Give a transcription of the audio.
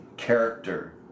character